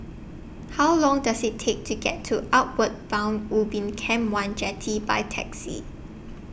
How Long Does IT Take to get to Outward Bound Ubin Camp one Jetty By Taxi